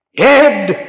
Dead